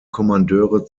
kommandeure